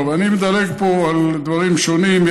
אני מדלג פה על דברים שונים.